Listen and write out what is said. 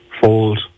fold